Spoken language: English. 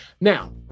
Now